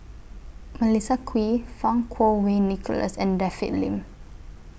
Melissa Kwee Fang Kuo Wei Nicholas and David Lim